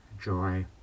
joy